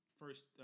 first